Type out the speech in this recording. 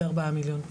זה ארבעה מיליון.